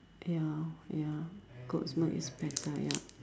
ya ya goat's milk is better yup